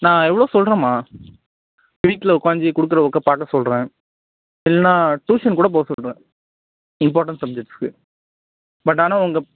நான் எவ்வளவோ சொல்கிறேம்மா வீட்டில் உட்காந்து கொடுக்குற ஒர்க்கை பார்க்க சொல்கிறேன் இல்லைனா டியூஷன் கூட போக சொல்கிறேன் இம்பார்டண்ட் சப்ஜெக்ட்ஸுக்கு பட் ஆனால் உங்கள்